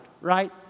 right